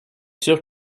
sûr